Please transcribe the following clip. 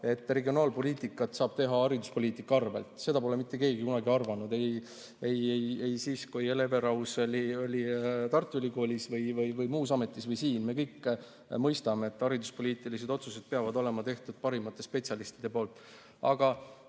et regionaalpoliitikat saab teha hariduspoliitika arvel. Seda pole mitte keegi kunagi arvanud – ei siis, kui Hele Everaus oli Tartu Ülikoolis või muus ametis või on siin. Me kõik mõistame, et hariduspoliitilised otsused peavad olema tehtud parimate spetsialistide poolt. Aga